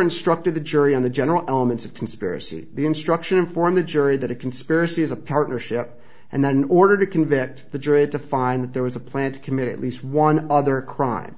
instructed the jury on the general elements of conspiracy the instruction inform the jury that a conspiracy is a partnership and then order to convict the jury to find that there was a plant committed at least one other crime